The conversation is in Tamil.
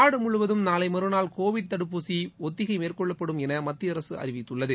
நாடு முழுவதும் நாளை மறுநாள் கோவிட் தடுப்பூசி ஒத்திகை மேற்கொள்ளப்படும் என மத்திய அரசு அறிவித்துள்ளது